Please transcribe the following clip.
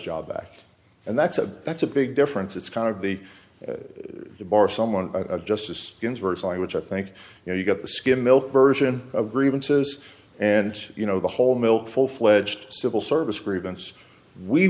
job back and that's a that's a big difference it's kind of the the bar someone a justice ginsburg's i which i think you know you got the skim milk version of grievances and you know the whole milk full fledged civil service grievance we